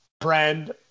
brand